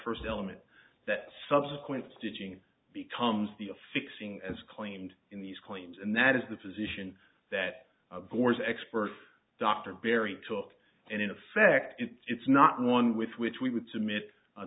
first element that subsequent stitching becomes the fixing as claimed in these claims and that is the position that bores expert dr barry took and in effect it's not one with which we would submit